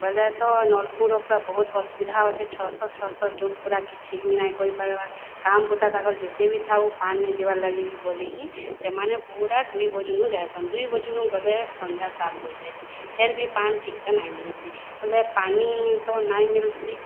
ବଏଲେତ ନଳକୂଅର ପୁରା ବହୁତ ଅସୁବିଧା ହୋଉଛି ଛଅଶହ ଛଅଶହ ଲୁକ୍ ପୁରା କିଛିହି ନାଇଁ କରିପାର୍ବା କାମ୍ ଧନ୍ଦା ତାଙ୍କର୍ ଯେତେ ବି ଥାଉ ପାଏନ୍ ନେଇ ଯିବାର୍ ଲାଗି ବି ବୋଲି ହିଁ ସେମାନେ ପୁରା ଦୁଇ ବଜନୁ ଯାଏସନ୍ ଦୁଇ ବଜନୁ ଗଲେ ସନ୍ଧ୍ୟା ସାତ୍ ବାଜି ଯାଏସି ଫେର୍ବି ପାନ୍ ଠିକ୍ସେ ନାଇଁ ମିଲ୍ସି ହେଲେ ପାନି ତ ନାଇଁ ମିଲ୍ସି